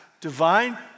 Divine